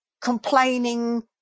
complaining